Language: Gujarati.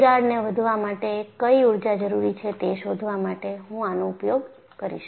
તિરાડને વધવા માટે કઈ ઊર્જા જરૂરી છે તે શોધવા માટે હું આનો ઉપયોગ કરીશ